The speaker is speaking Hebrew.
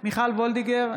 מיכל וולדיגר,